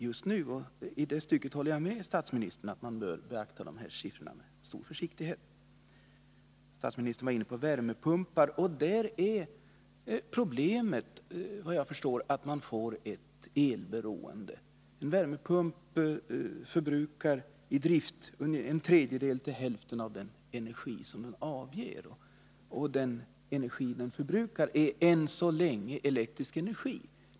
Jag håller alltså med statsministern när han säger att man bör betrakta sifferuppgifterna på den punkten med stor försiktighet. Statsministern var vidare inne på frågan om värmepumpar, och på det området är problemet, såvitt jag förstår, att de är elberoende. En värmepump förbrukar i drift en energimängd som motsvarar en tredjedel till hälften av den energi som den avger, och den energi som den förbrukar är än så länge elektrisk energi.